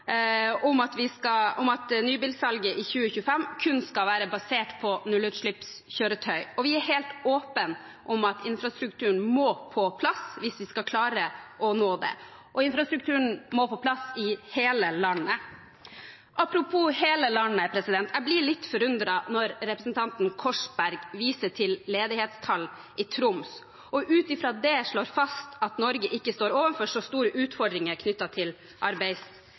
om at nybilsalget i 2025 kun skal være basert på nullutslippskjøretøy. Vi er helt åpne om at infrastrukturen må på plass hvis vi skal klare å nå det, og infrastrukturen må på plass i hele landet. Apropos hele landet: Jeg blir litt forundret når representanten Korsberg viser til ledighetstall i Troms og ut fra det slår fast at Norge ikke står overfor så store utfordringer knyttet til